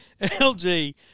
LG